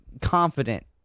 confident